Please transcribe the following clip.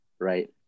right